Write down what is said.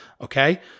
okay